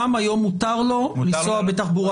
היום מותר לו לנסוע בתחבורה